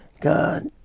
God